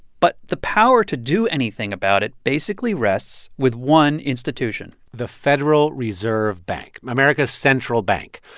but the power to do anything about it basically rests with one institution the federal reserve bank america's central bank,